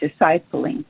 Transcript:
discipling